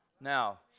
Now